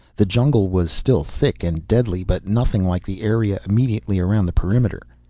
the jungle was still thick and deadly, but nothing like the area immediately around the perimeter.